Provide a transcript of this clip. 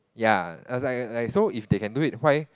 ya I was like like so if they can do it why